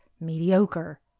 mediocre